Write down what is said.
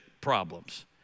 problems